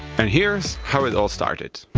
and here's how it all started